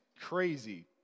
crazy